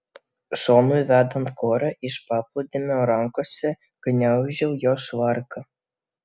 šonui vedant korą iš paplūdimio rankose gniaužau jo švarką